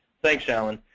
thanks, alan.